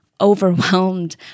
overwhelmed